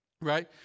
right